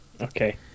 Okay